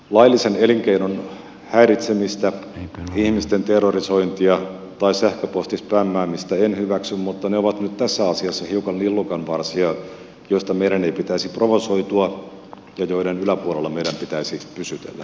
laillisen elinkeinon häiritsemistä ihmisten terrorisointia tai sähköpostispämmäämistä en hyväksy mutta ne ovat nyt tässä asiassa hiukan lillukanvarsia joista meidän ei pitäisi provosoitua ja joiden yläpuolella meidän pitäisi pysytellä